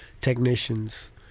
technicians